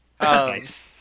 Nice